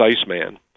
Iceman